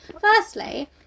firstly